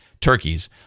turkeys